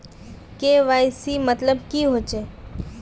KYC मतलब की होचए?